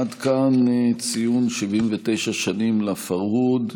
עד כאן ציון 79 שנים לפרהוד.